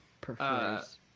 prefers